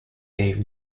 gave